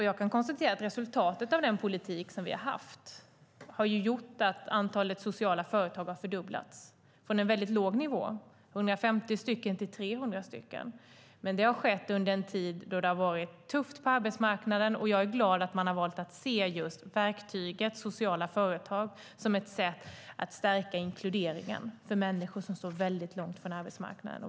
Jag kan konstatera att resultatet av den politik som vi har fört har gjort att antalet sociala företag har fördubblats, från en väldigt låg nivå, 150, till 300. Det har skett under en tid då det har varit tufft på arbetsmarknaden, och jag är glad över att man har valt att se just verktyget sociala företag som ett sätt att stärka inkluderingen för människor som står långt från arbetsmarknaden.